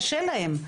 קשה להם.